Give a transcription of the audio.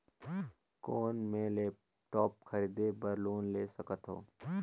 कौन मैं लेपटॉप खरीदे बर लोन ले सकथव?